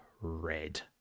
red